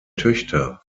töchter